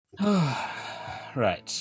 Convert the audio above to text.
Right